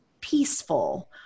peaceful